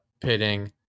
pitting